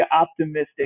optimistic